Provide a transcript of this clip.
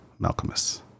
Malcolmus